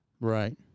Right